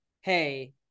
hey